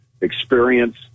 experience